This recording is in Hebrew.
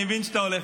אני מבין שאתה הולך,